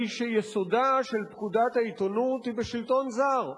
היא שיסודה של פקודת העיתונות הוא בשלטון זר,